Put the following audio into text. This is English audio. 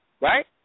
Right